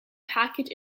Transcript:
packaged